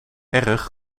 erg